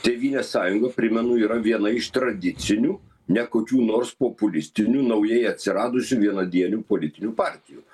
tėvynės sąjunga primenu yra viena iš tradicinių ne kokių nors populistinių naujai atsiradusių vienadienių politinių partijų